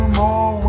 more